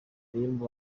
ririmo